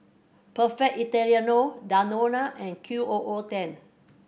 Perfect Italiano Danone and Q O O ten